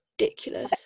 ridiculous